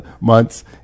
months